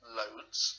loads